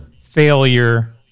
failure